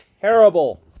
Terrible